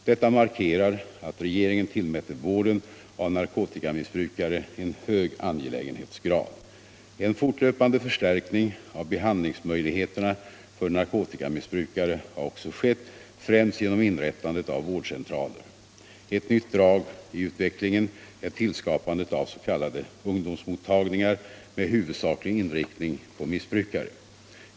Detta markerar att regeringen tillmäter vården av narkotikamissbrukare en hög angelägenhetsgrad. En fortlöpande förstärkning av behandlingsmöjligheterna för narkotikamissbrukare har också skett, främst genom inrättande av vårdcentraler. Ett nytt drag i utvecklingen är tillskapandet av s.k. ungdomsmottagningar med huvudsaklig inriktning på missbrukare.